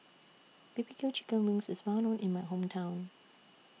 B B Q Chicken Wings IS Well known in My Hometown